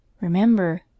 Remember